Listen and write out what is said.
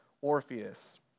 Orpheus